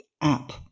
app